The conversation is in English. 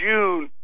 June